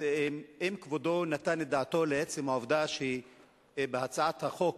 האם כבודו נתן את דעתו לעצם העובדה שבהצעת החוק